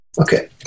Okay